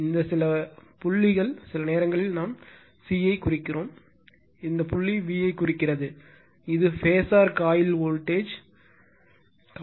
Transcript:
இந்த புள்ளி சில புள்ளிகள் சில நேரங்களில் நாம் c ஐ குறிக்கிறோம் இந்த புள்ளி v ஐ குறிக்கிறது இது phasor காயில் வோல்டேஜ் காயில்